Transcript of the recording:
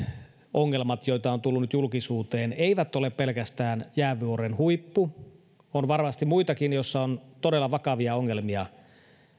ongelmat joita on tullut nyt julkisuuteen eivät ole pelkästään jäävuoren huippu on varmasti muitakin joissa on todella vakavia ongelmia